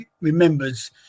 remembers